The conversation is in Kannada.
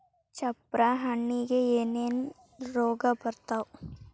ಚಪ್ರ ಹಣ್ಣಿಗೆ ಏನೇನ್ ರೋಗ ಬರ್ತಾವ?